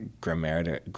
grammar